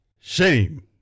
Shame